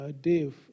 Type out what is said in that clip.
Dave